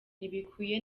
ntibikwiye